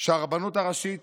שהרבנות הראשית